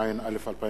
התשע"א 2011,